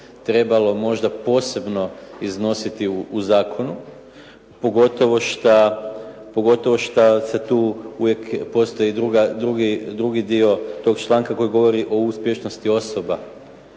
trebalo možda posebno iznositi u zakonu, pogotovo šta se tu uvijek postoji drugi dio tog članka koji govori o uspješnosti osoba